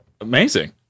amazing